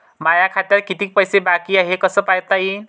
माया खात्यात कितीक पैसे बाकी हाय हे कस पायता येईन?